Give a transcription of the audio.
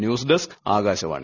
news desk Akashvani